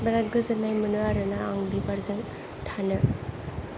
बेराद गोजोननाय मोनो आरोना आं बिबारजों थानो